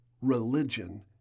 religion